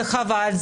זה חבל,